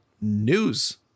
news